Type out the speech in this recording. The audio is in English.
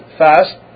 fast